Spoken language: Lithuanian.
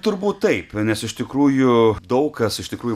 turbūt taip nes iš tikrųjų daug kas iš tikrųjų